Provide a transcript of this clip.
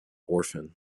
orphan